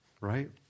right